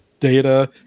Data